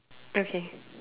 okay